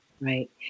Right